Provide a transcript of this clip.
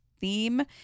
theme